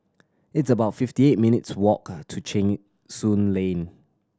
it's about fifty eight minutes' walk to Cheng Soon Lane